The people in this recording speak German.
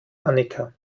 annika